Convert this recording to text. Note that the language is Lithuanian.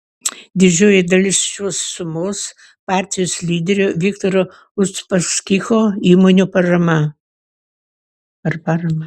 didžioji dalis šios sumos partijos lyderio viktoro uspaskicho įmonių parama